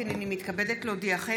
הינני מתכבדת להודיעכם,